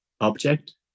object